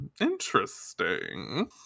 interesting